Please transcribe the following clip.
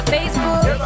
Facebook